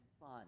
fun